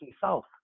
South